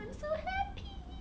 I'm so happy